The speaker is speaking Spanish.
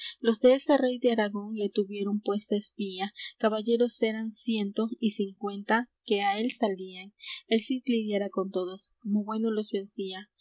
los de ese rey de aragón le tuvieron puesta espía caballeros eran ciento y cincuenta que á él salían el cid lidiara con todos como bueno los vencía